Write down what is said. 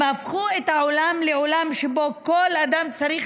הם הפכו את העולם לעולם שבו כל אדם צריך